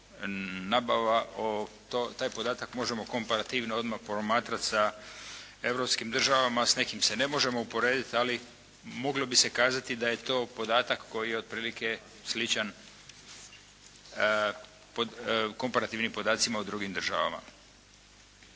nabava. Taj podatak možemo komparativno odmah promatrat sa europskim državama. S nekim se ne možemo uporedit, ali moglo bi se kazati da je to podatak koji je otprilike sličan komparativnim podacima o drugim državama.